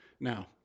Now